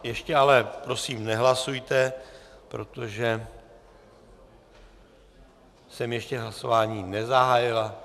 Ještě prosím nehlasujte, protože jsem ještě hlasování nezahájil...